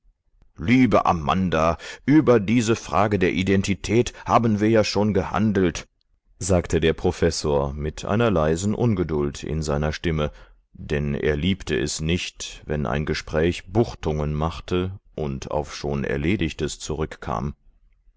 liebe amanda über diese frage der identität haben wir ja schon gehandelt sagte der professor mit einer leisen ungeduld in seiner stimme denn er liebte es nicht wenn ein gespräch buchtungen machte und auf schon erledigtes zurückkam